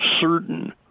certain